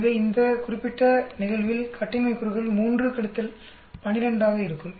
எனவே இந்த குறிப்பிட்ட நிகழ்வில் கட்டின்மை கூறுகள் 3 12 ஆக இருக்கும்